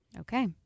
Okay